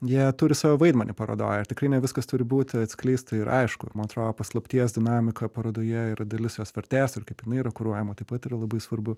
jie turi savo vaidmenį parodoj ir tikrai ne viskas turi būti atskleista ir aišku man atrodo paslapties dinamika parodoje yra dalis jos vertės ir kaip jinai yra kuruojama taip pat yra labai svarbu